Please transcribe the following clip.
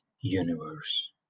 universe